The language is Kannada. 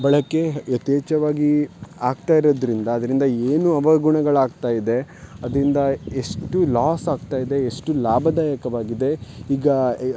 ಬಳಕೆ ಯಥೇಚ್ಛವಾಗಿ ಆಗ್ತಾ ಇರೋದರಿಂದ ಅದರಿಂದ ಏನು ಅವಗುಣಗಳಾಗ್ತಾ ಇದೆ ಅದರಿಂದ ಎಷ್ಟು ಲಾಸ್ ಆಗ್ತಾ ಇದೆ ಎಷ್ಟು ಲಾಭದಾಯಕವಾಗಿದೆ ಈಗ ಈ